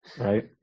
Right